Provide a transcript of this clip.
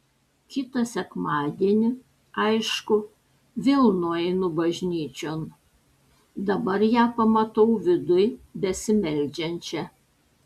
kitą sekmadienį aišku vėl nueinu bažnyčion dabar ją pamatau viduj besimeldžiančią